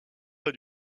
pas